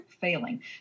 failing